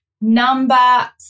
Number